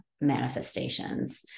manifestations